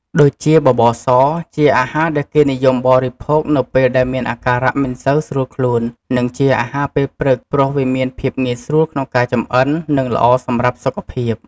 ដូចជាបបរស ជាអាហារដែលគេនិយមបរិភោគនៅពេលដែលមានអាការៈមិនសូវស្រួលខ្លួន និងជាអាហារពេលព្រឹក ព្រោះវាមានភាពងាយស្រួលក្នុងការចំអិន និងល្អសម្រាប់សុខភាព។